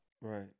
Right